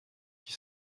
qui